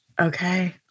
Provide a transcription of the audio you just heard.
okay